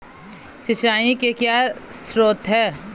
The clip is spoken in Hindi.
सिंचाई के क्या स्रोत हैं?